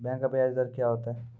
Bank का ब्याज दर क्या होता हैं?